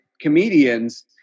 comedians